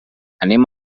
anem